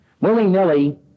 willy-nilly